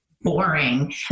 boring